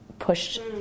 pushed